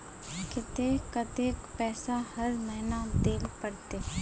केते कतेक पैसा हर महीना देल पड़ते?